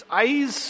eyes